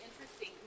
interesting